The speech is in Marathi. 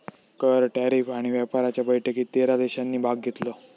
कर, टॅरीफ आणि व्यापाराच्या बैठकीत तेरा देशांनी भाग घेतलो